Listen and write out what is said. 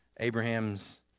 Abraham's